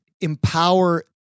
empower